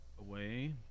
away